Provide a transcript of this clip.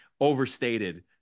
overstated